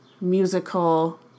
musical